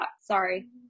sorry